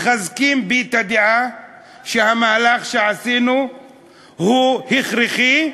מחזקים בי את הדעה שהמהלך שעשינו הוא הכרחי,